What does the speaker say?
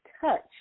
touch